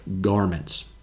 garments